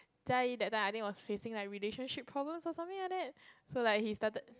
Jiayi that time I think was facing like relationship problems or something like that so like he started